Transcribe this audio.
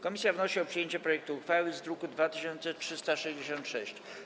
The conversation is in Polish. Komisja wnosi o przyjęcie projektu uchwały z druku nr 2366.